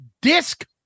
Disc